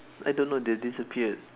I don't know they disappeared